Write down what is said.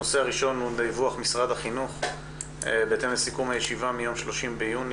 הנושא הוא דיווח משרד החינוך בהתאם לסיכום הישיבה מיום 30 ביוני